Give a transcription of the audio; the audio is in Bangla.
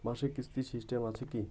মাসিক কিস্তির সিস্টেম আছে কি?